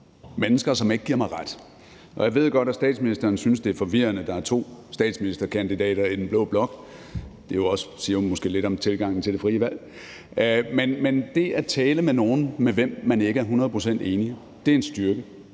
mennesker, som ikke giver mig ret, og jeg ved godt, at statsministeren synes, det er forvirrende, at der er to statsministerkandidater i den blå blok. Det siger måske lidt om tilgangen til det frie valg, men det at tale med nogle, med hvem man ikke er hundrede procent enig, er en styrke.